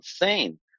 insane